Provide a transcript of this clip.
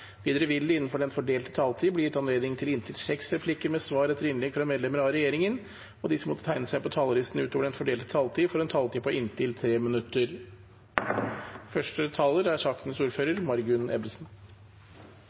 Videre vil det – innenfor den fordelte taletid – bli gitt anledning til inntil seks replikker med svar etter innlegg fra medlemmer av regjeringen, og de som måtte tegne seg på talerlisten utover den fordelte taletid, får også en taletid på inntil 3 minutter.